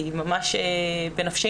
היא ממש בנפשנו.